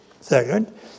Second